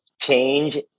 Change